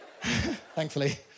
Thankfully